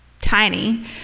tiny